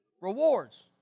Rewards